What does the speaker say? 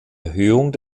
erhöhung